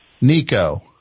Nico